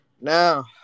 Now